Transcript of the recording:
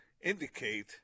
indicate